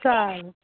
चालेल